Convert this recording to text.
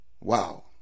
Wow